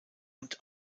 und